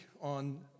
on